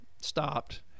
stopped